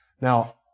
Now